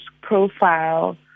profile